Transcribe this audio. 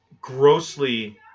grossly